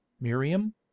Miriam